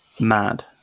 mad